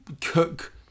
cook